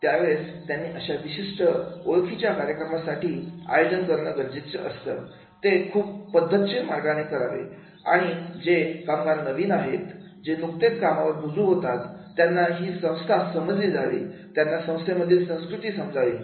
त्यावेळेस त्यांनी अशा विशिष्ट ओळखीच्या कार्यक्रमासाठी आयोजन करणं गरजेचं असतं ते खूपपद्धतशीर मार्गाने करावे आणि जे कामगार नवीन आहेत जे नुकतेच कामावर रुजू होतात त्यांना ही संस्था समजली जावी त्यांना संस्थेमधील संस्कृती समजावे